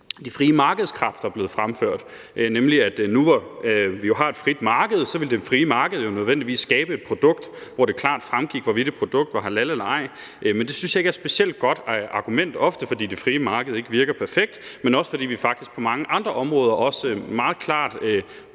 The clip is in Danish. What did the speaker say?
de frie markedskræfter blevet fremført sådan, at nu, hvor vi har et frit marked, ville det frie marked jo nødvendigvis skabe et produkt, hvorpå det klart fremgik, hvorvidt produktet var halalslagtet eller ej. Men det synes jeg ikke er et specielt godt argument, for ofte virker det frie marked ikke perfekt, men også fordi vi faktisk på mange andre områder meget klart